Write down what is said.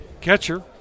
catcher